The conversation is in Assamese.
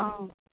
অঁ